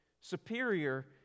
superior